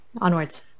Onwards